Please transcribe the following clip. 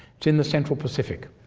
it's in the central pacific,